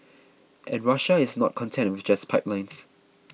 and Russia is not content with just pipelines